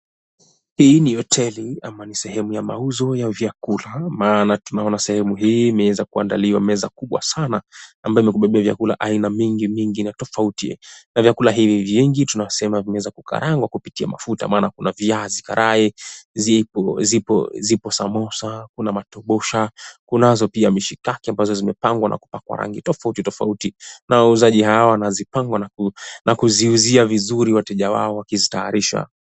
Hii ni hoteli ama ni sehemu ya mauzo ya vyakula maana tunaona sehemu hii imeweza kuandaliwa na meza kubwa sana ambayo imekubebea vyakula aina mingi mingi na tofauti na vyakula hivi vingi tunasema vimeweza kukarangwa kupitia mafuta maana kuna viazi karai, zipo samosa kuna matobosha, kunazo pia mishikaki ambazo zimepangwa na kupakwa rangi tofauti tofauti na wauzaji hao wanazipanga na kuziuzia vizuri wateja wao wakizitaarisha.